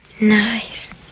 Nice